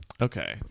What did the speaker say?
okay